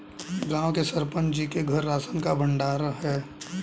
गांव के सरपंच जी के घर राशन का भंडार है